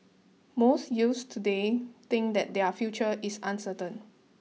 most youths today think that their future is uncertain